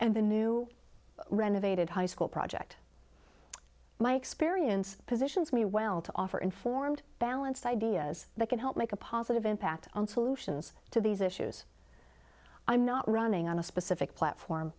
and the new renovated high school project my experience positions me well to offer informed balanced ideas that can help make a positive impact on solutions to these issues i'm not running on a specific platform